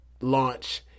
launch